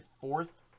fourth